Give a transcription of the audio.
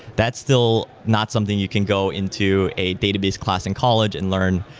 that's still not something you can go into a database class in college and learn.